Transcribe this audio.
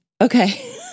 Okay